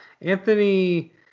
Anthony